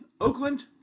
Oakland